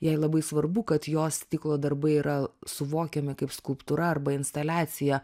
jai labai svarbu kad jos stiklo darbai yra suvokiami kaip skulptūra arba instaliacija